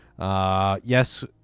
Yes